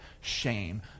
shame